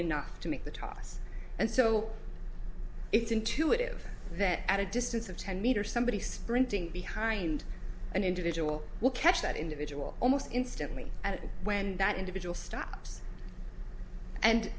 enough to make the toss and so it's intuitive that at a distance of ten meters somebody sprinting behind an individual will catch that individual almost instantly and when that individual stops and